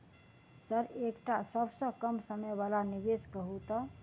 Sir एकटा सबसँ कम समय वला निवेश कहु तऽ?